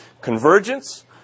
convergence